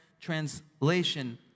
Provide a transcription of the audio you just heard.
translation